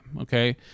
okay